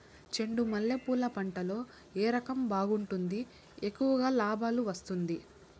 చెండు మల్లె పూలు పంట లో ఏ రకం బాగుంటుంది, ఎక్కువగా లాభాలు వస్తుంది?